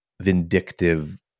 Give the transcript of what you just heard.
vindictive